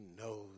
knows